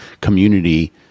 community